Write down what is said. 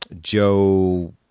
Joe